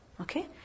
Okay